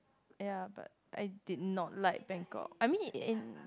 ya but I did not like Bangkok I mean in